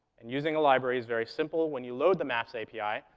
and using a library is very simple. when you load the maps api,